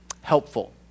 helpful